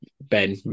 Ben